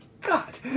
God